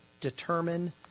Determine